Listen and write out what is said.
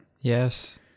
Yes